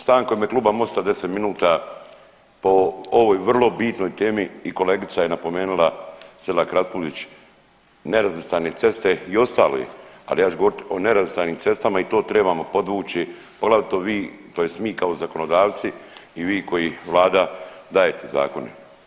Stanka u ime Kluba MOST-a 10 minuta po ovoj vrlo bitnoj temi i kolegica je napomenula Selak Raspudić nerazvrstane ceste i ostale, ali ja ću govorit o nerazvrstanim cestama i to trebamo podvući, poglavito vi tj. mi kao zakonodavci i vi koji vlada dajete zakone.